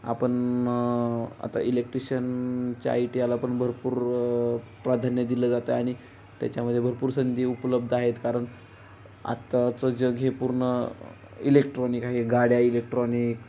आपण आता इलेक्ट्रिशनच्या आयटीयाला पण भरपूर प्राधान्य दिलं जातं आणि त्याच्यामध्ये भरपूर संधी उपलब्ध आहेत कारण आत्ताचं जग हे पूर्ण इलेक्ट्रॉनिक आहे गाड्या इलेक्ट्रॉनिक